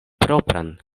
propran